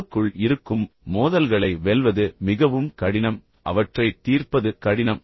உள்ளுக்குள் இருக்கும் மோதல்களை வெல்வது மிகவும் கடினம் அவற்றைத் தீர்ப்பது கடினம்